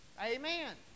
Amen